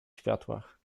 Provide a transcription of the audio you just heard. światłach